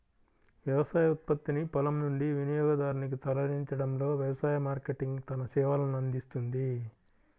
వ్యవసాయ ఉత్పత్తిని పొలం నుండి వినియోగదారునికి తరలించడంలో వ్యవసాయ మార్కెటింగ్ తన సేవలనందిస్తుంది